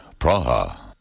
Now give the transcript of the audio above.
Praha